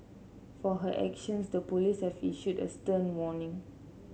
for her actions the police have issued a stern warning